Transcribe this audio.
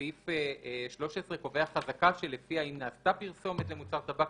סעיף 13 קובע חזקה שלפיה אם נעשה פרסומת למוצר טבק,